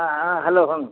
ହଁ ହଁ ହ୍ୟାଲୋ ହଁ